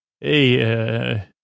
hey